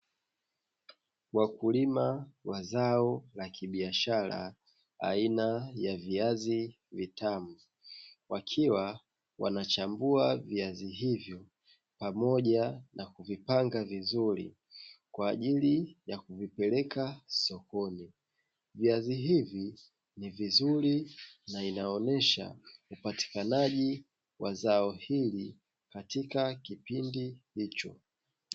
Wakulima wazao la kibiashara aina ya viazi vitamu wakiwa wanachambua viazi hivyo pamoja na kuvipanga vizuri kwa ajili ya kuvibeleka sokoni. Viazi hivi ni vizuri na inaonyesha upatikanaji wa zao hili katika kipindi hicho.